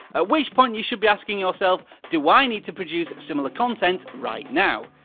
ah which point you should be asking yourself do i need to produce similar content right now?